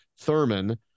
thurman